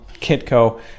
Kitco